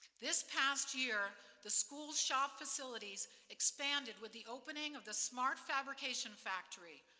this past year, the school's shop facilities expanded with the opening of the smart fabrication factory,